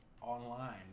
online